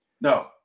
No